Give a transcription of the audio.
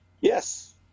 Yes